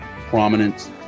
prominent